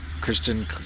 Christian